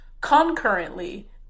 Concurrently